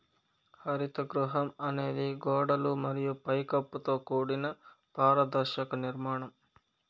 హరిత గృహం అనేది గోడలు మరియు పై కప్పుతో కూడిన పారదర్శక నిర్మాణం